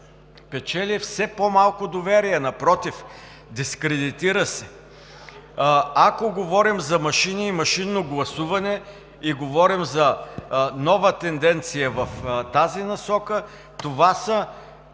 печели все по-малко доверие, напротив дискредитира се. Ако говорим за машини и машинно гласуване и говорим за нова тенденция в тази насока, това са